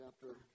chapter